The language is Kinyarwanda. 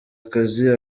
akazi